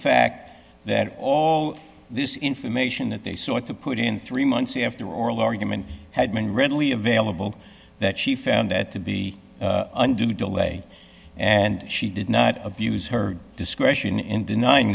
fact that all this information that they sought to put in three months after oral argument had been readily available that she found that to be undue delay and she did not abuse her discretion in denying